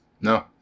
no